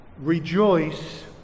Rejoice